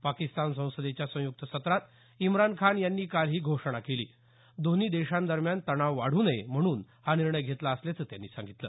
पाकिस्तान संसदेच्या संयुक्त सत्रात इम्रान खान यांनी काल ही घोषणा केली दोन्ही देशांदरम्यान तणाव वाढू नये म्हणून हा निर्णय घेतला असल्याचं त्यांनी सांगितलं